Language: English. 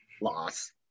Loss